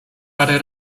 parę